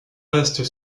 reste